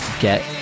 get